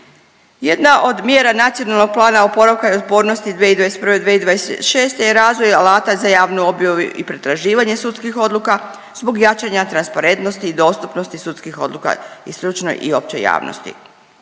Jedna od mjera Nacionalnog plana oporavka i otpornosti 2021.-2026. je razvoj alata za javnu objavu i pretraživanje sudskih odluka zbog jačanja transparentnosti i dostupnosti sudskih odluka i stručnoj i općoj javnosti.